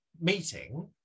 meeting